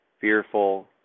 fearful